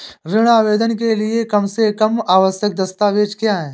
ऋण आवेदन के लिए कम से कम आवश्यक दस्तावेज़ क्या हैं?